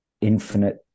infinite